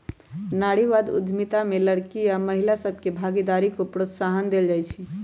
नारीवाद उद्यमिता में लइरकि आऽ महिला सभके भागीदारी को प्रोत्साहन देल जाइ छइ